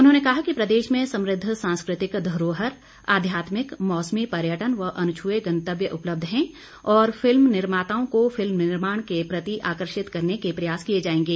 उन्होंने कहा कि प्रदेश में समृद्ध सांस्कृतिक धरोहर अध्यात्मिक मौसमी पर्यटन व अनछुए गंतव्य उपलब्ध हैं और फिल्म निर्माताओं को फिल्म निर्माण के प्रति आकर्षित करने के प्रयास किए जाएंगे